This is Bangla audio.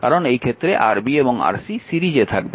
কারণ এই ক্ষেত্রে Rb এবং Rc সিরিজে থাকবে